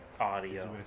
audio